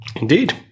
indeed